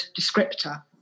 descriptor